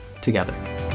together